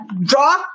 draw